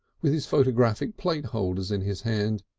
with his photographic plate holders in his hand.